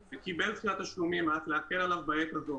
ביקש דחיית תשלומים וקיבל דחיית תשלומים על מנת להקל עליו בעת הזו